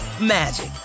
magic